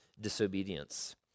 disobedience